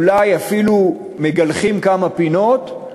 אולי אפילו מגלחים כמה פינות,